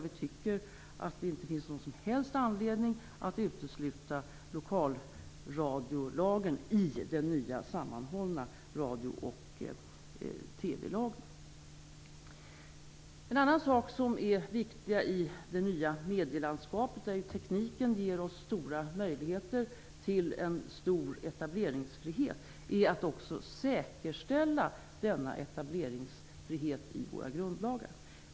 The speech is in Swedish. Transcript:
Vi tycker inte att det finns någon som helst anledning att utesluta lokalradiolagen i den nya sammanhållna radio och TV-lagen. En annan viktig sak i det nya medielandskapet, där tekniken ger oss stora möjligheter till en omfattande etableringsfrihet, är att också säkerställa denna etableringsfrihet i våra grundlagar.